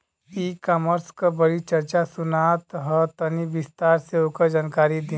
ई कॉमर्स क बड़ी चर्चा सुनात ह तनि विस्तार से ओकर जानकारी दी?